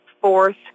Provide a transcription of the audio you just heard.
fourth